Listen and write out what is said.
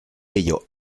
vello